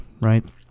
right